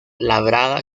labrada